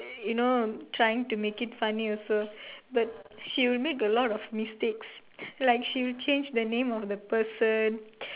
you know trying to make it funny also but she will make a lot of mistakes like she will change the name of the person